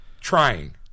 trying